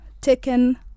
taken